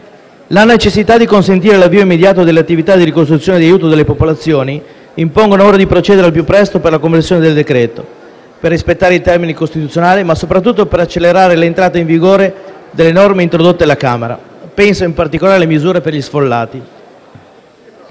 La necessità di consentire l’avvio immediato delle attività di ricostruzione e di aiuto alla popolazione, impongono ora di procedere al più presto con la conversione del decreto-legge, per rispettare i termini costituzionali ma soprattutto per accelerare l’entrata in vigore delle norme introdotte alla Camera: penso in particolare alle misure per gli sfollati.